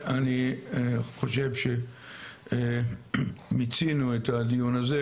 אני חושב שמיצינו את הדיון הזה,